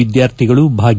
ವಿದ್ವಾರ್ಥಿಗಳು ಭಾಗಿ